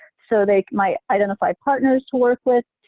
so they might identify partners to work with,